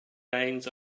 reins